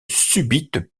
subite